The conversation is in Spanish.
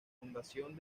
fundación